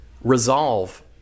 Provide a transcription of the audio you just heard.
Resolve